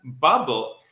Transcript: bubble